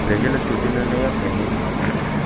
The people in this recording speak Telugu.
ప్రజల తుదినిణయం ఎన్ని